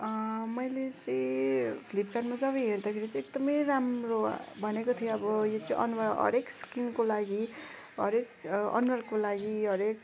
मैले चाहिँ फ्लिपकार्टमा जब हेर्दाखेरि चाहिँ एकदमै राम्रो भनेको थियो अब यो चाहिँ अनुहार हरेक स्किनको लागि हरेक अनुहारको लागि हरेक